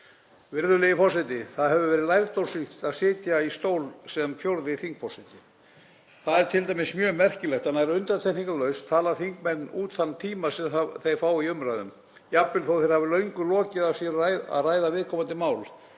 Virðulegi forseti. Það hefur verið lærdómsríkt að sitja í stól sem fjórði þingforseti. Það er t.d. mjög merkilegt að nær undantekningarlaust tala þingmenn út þann tíma sem þeir fá í umræðum. Jafnvel þótt þeir hafi löngu lokið af sér að ræða viðkomandi mál